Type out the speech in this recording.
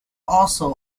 also